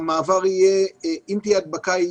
אם תהיה הדבקה,